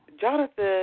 Jonathan